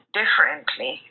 differently